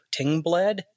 Tingbled